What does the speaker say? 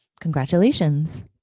Congratulations